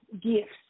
gifts